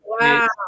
Wow